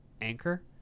Anchor